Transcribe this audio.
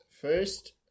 first